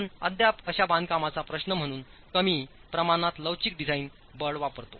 आपण अद्याप अशा बांधकामाचा प्रश्न म्हणून कमी प्रमाणात लवचिक डिझाइन बळ वापरता